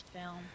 film